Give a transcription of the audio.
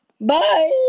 Bye